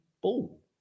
ball